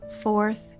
fourth